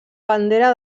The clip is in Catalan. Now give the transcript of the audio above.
bandera